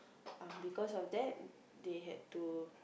uh because of that they had to